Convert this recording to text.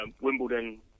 Wimbledon